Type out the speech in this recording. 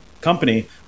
company